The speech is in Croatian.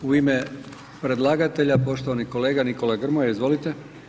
U ime predlagatelja poštovani kolega Nikola Grmoja, izvolite.